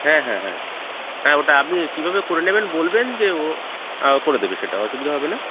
হ্যাঁ হ্যাঁ হ্যাঁ হ্যাঁ ওটা আপনি কীভাবে করে নেবেন বলবেন যে ও করে দেবে সেটা অসুবিধা হবে না